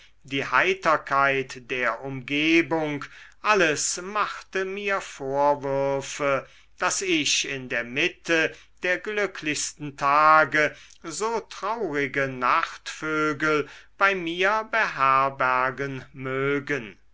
die heiterkeit der umgebung alles machte mir vorwürfe daß ich in der mitte der glücklichsten tage so traurige nachtvögel bei mir beherbergen mögen